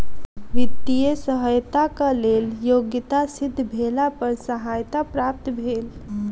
वित्तीय सहयताक लेल योग्यता सिद्ध भेला पर सहायता प्राप्त भेल